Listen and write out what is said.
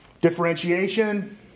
Differentiation